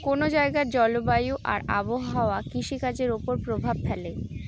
কোন জায়গার জলবায়ু আর আবহাওয়া কৃষিকাজের উপর প্রভাব ফেলে